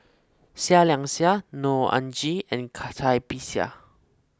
Seah Liang Seah Neo Anngee and Bixia